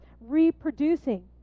reproducing